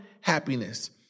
happiness